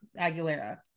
Aguilera